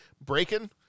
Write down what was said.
Breaking